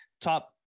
top